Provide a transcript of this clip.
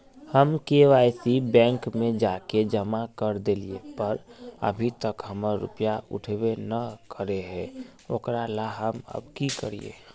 हम KYC bank में जाके जमा कर देलिए पर अभी तक हमर रुपया उठबे न करे है ओकरा ला हम अब की करिए?